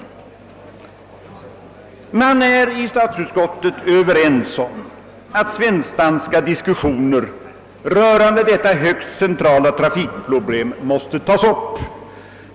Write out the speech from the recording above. Statsutskottets ledamöter är överens om att svensk-danska diskussioner rörande detta högst centrala trafikproblem måste tagas upp.